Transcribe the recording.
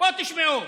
בואו תשמעו.